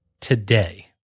today